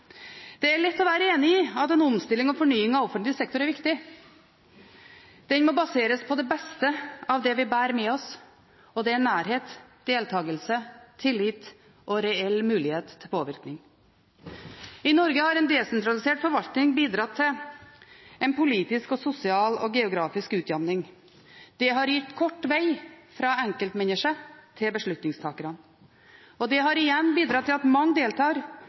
Det er lett å være enig i at en omstilling og en fornying av offentlig sektor er viktig. Dette må baseres på det beste av det vi bærer med oss, og det er nærhet, deltakelse, tillit og reell mulighet til påvirkning. I Norge har en desentralisert forvaltning bidratt til en politisk, sosial og geografisk utjevning. Det har gitt kort veg fra enkeltmennesket til beslutningstakerne. Det har igjen bidratt til at mange deltar